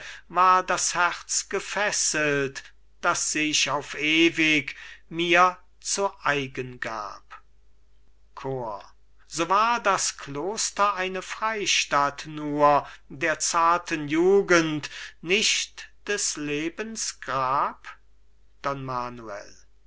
war das herz gefesselt das sich auf ewig mir zu eigen gab chor cajetan so war das kloster eine freistatt nur der zarten jugend nicht des lebens grab